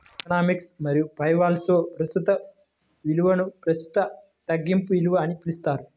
economics మరియుఫైనాన్స్లో, ప్రస్తుత విలువనుప్రస్తుత తగ్గింపు విలువ అని పిలుస్తారు